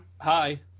Hi